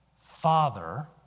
father